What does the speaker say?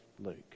Luke